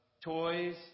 toys